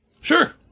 Sure